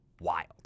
Wild